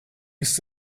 ist